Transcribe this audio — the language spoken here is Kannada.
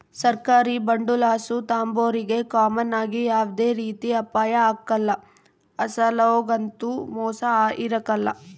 ಸರ್ಕಾರಿ ಬಾಂಡುಲಾಸು ತಾಂಬೋರಿಗೆ ಕಾಮನ್ ಆಗಿ ಯಾವ್ದೇ ರೀತಿ ಅಪಾಯ ಆಗ್ಕಲ್ಲ, ಅಸಲೊಗಂತೂ ಮೋಸ ಇರಕಲ್ಲ